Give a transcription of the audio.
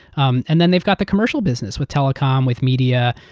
um and then they've got the commercial business with telecom, with media.